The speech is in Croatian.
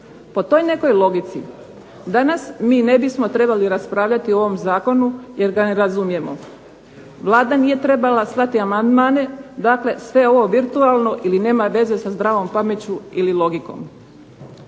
Po toj nekoj logici danas mi ne bismo trebali raspravljati o ovom zakonu jer ga ne razumijemo. Vlada nije trebala slati amandmane. Dakle, sve je ovo virtualno ili nema veze sa zdravom pameću ili logikom.